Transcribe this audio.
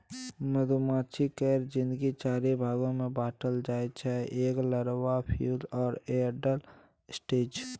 मधुमाछी केर जिनगी चारि भाग मे बाँटल जाइ छै एग, लारबा, प्युपल आ एडल्ट स्टेज